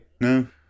No